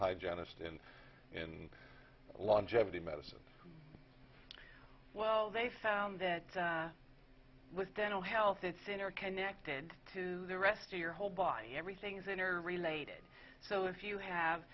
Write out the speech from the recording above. hygienist and in longevity medicine well they found the was dental health it's interconnected to the rest of your whole body everything's in or related so if you have